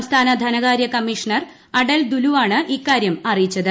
സംസ്ഥാന ധനകാര്യ കമ്മീഷണർ അടൽ ദൂലുവാണ് ഇക്കാര്യം അറിയിച്ചത്